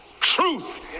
truth